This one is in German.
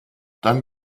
dann